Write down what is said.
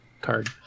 card